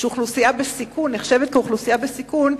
שנחשבת אוכלוסייה בסיכון,